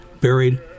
buried